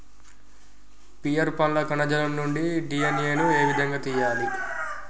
Pear పండ్ల కణజాలం నుండి డి.ఎన్.ఎ ను ఏ విధంగా తియ్యాలి?